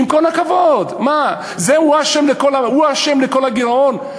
עם כל הכבוד, הוא האשם בכל הגירעון?